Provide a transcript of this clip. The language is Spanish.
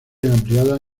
ampliado